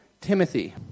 Timothy